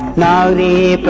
the but